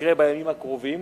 שיקרה בימים הקרובים.